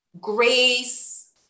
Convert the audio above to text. Grace